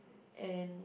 and